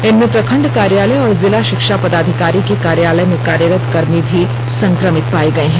इनमें प्रखण्ड कार्यालय और जिला शिक्षा पदाधिकारी के कार्यालय में कार्यरत कर्मी भी संक्रमित पाये गये है